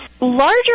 Larger